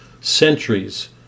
centuries